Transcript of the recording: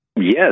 Yes